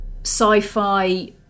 sci-fi